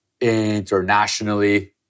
internationally